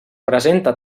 presenta